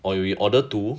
or we order two